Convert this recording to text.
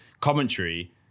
commentary